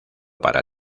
para